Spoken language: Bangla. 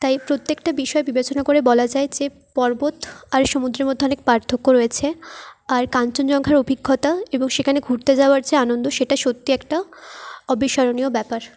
তাই প্রত্যেকটা বিষয় বিবেচনা করে বলা যায় যে পর্বত আর সমুদ্রের মধ্যে অনেক পার্থক্য রয়েছে আর কাঞ্চনজঙ্ঘার অভিজ্ঞতা এবং সেখানে ঘুরতে যাওয়ার যে আনন্দ সেটা সত্যি একটা অবিস্মরণীয় ব্যাপার